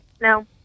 no